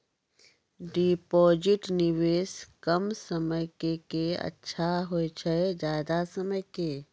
Deposit निवेश कम समय के के अच्छा होय छै ज्यादा समय के?